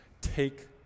take